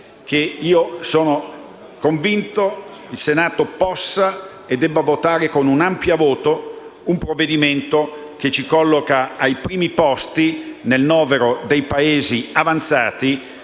che io sia convinto che il Senato possa e debba votare con un ampio voto un provvedimento che ci colloca ai primi posti nel novero dei Paesi avanzati,